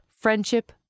friendship